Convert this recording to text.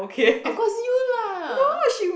of course you lah